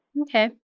Okay